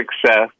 Success